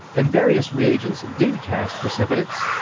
and various reagents did cast precipitates,